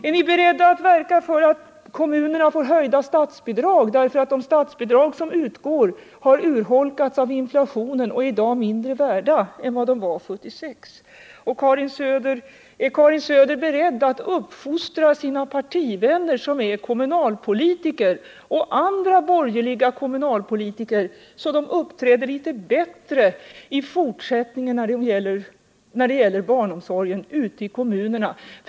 Är ni beredda att verka för att kommunerna får höjda statsbidrag därför att de statsbidrag som utgår har urholkats av inflationen och i dag är mindre värda än de var 1976? Är Karin Söder beredd att uppfostra sina partikamrater, som är kommunalpolitiker, och andra borgerliga kommunalpolitiker, så att de uppträder litet bättre i fortsättningen när det gäller barnomsorgen ute i kommunerna?